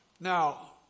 now